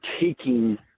taking